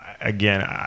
again